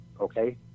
okay